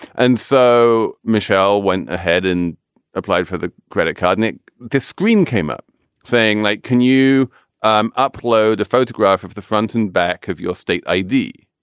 and so michelle went ahead and applied for the credit card and the screen came up saying like can you um upload a photograph of the front and back of your state i d.